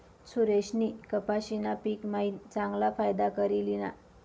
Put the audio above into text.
सुरेशनी कपाशीना पिक मायीन चांगला फायदा करी ल्हिना